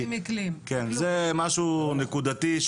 זה משהו נקודתי,